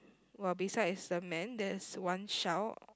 while besides the man there's one shell